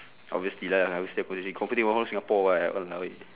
obviously lah competing with one whole singapore [what] !walao! eh